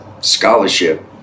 scholarship